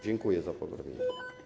Dziękuję za poprawienie.